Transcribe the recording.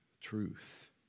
truth